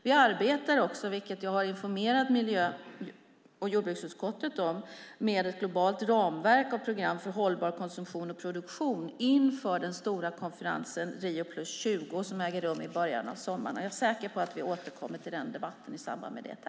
Vi arbetar också, vilket jag har informerat miljö och jordbruksutskottet om, med ett globalt ramverk av program för hållbar konsumtion och produktion inför den stora konferensen Rio + 20 som äger rum i början av sommaren. Jag är säker på att vi återkommer till debatten i samband med det.